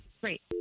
Great